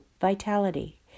vitality